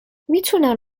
میتونم